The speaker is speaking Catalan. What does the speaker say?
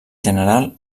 general